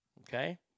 Okay